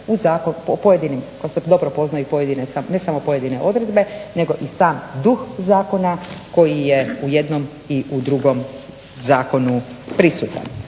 poznaju pojedine, ne samo pojedine odredbe nego i sam duh zakona koji je u jednom i u drugom zakonu prisutan.